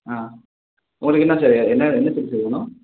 ஆ உங்களுக்கு என்ன செ என்ன என்ன செடி சார் வேணும்